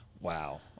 Wow